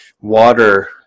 water